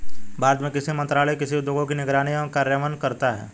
भारत में कृषि मंत्रालय कृषि उद्योगों की निगरानी एवं कार्यान्वयन करता है